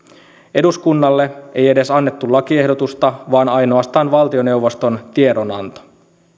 eduskunnalle ei edes annettu lakiehdotusta vaan ainoastaan valtioneuvoston tiedonanto